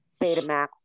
Betamax